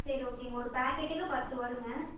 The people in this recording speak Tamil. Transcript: சரி ஓகேங்க ஒரு பேக்கெட்டுக்கு பத்து வருங்க